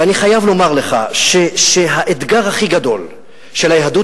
ואני חייב לומר לך שהאתגר הכי גדול של היהדות